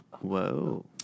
Whoa